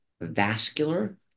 Vascular